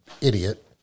idiot